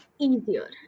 easier